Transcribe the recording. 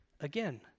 Again